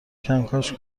کنکاش